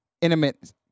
intimate